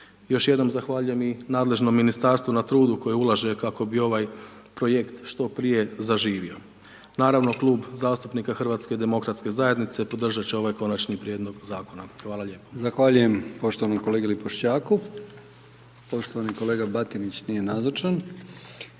Još jednom zahvaljujem i nadležnom Ministarstvu na trudu koje ulaže kako bi ovaj Projekt što prije zaživio. Naravno, klub zastupnika HDZ-a podržati će ovaj Konačni prijedlog Zakona. Hvala lijepo. **Brkić, Milijan (HDZ)** Zahvaljujem poštovanom kolegi Lipoščaku. Poštovani kolega Batinić nije nazočan.